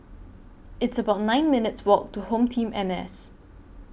It's about nine minutes' Walk to HomeTeam N S